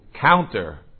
counter